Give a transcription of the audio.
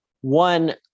One